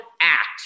act